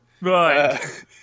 Right